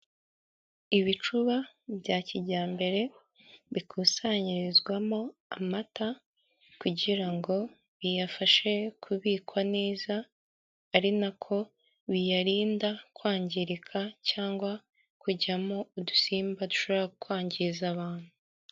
Ibicuba bya kijyambere bikusanyirizwamo amata kugira ngo biyafashe kubikwa neza ari nako biyarinda kwangirika cyangwa kujyamo udusimba dushobora kwangiza abantu.